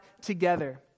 together